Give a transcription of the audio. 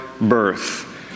birth